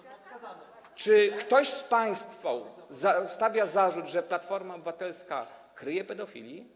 Czy ktoś z państwa stawia zarzut, że Platforma Obywatelska kryje pedofili?